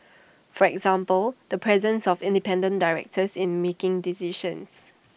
for example the presence of independent directors in making decisions